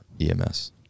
EMS